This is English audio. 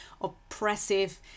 oppressive